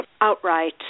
outright